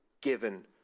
given